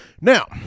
Now